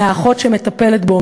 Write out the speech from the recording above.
מהאחות שמטפלת בו,